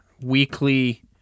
weekly